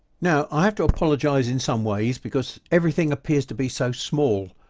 now, i have to apologize in some ways because everything appears to be so small,